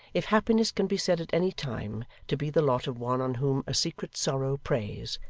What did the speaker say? if happiness can be said at any time to be the lot of one on whom a secret sorrow preys,